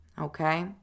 okay